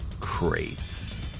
Crates